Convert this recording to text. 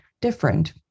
different